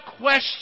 question